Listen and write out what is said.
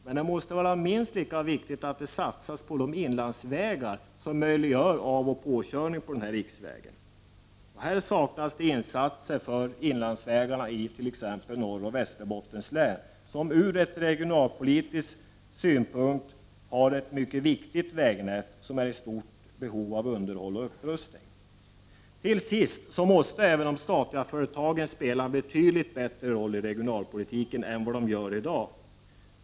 Men det måste vara minst lika viktigt att det satsas på de inlandsvägar som möjliggör avkörning från och inkörning på denna riksväg. Här saknas insatser för inlandsvägarna i t.ex. Norroch Västerbottens län, som har ett ur regionalpolitisk synpunkt mycket viktigt vägnät som är i stort behov av underhåll och upprustning. Till sist måste även de statliga företagen spela en betydligt bättre roll i regionalpolitiken än vad de gör i dag.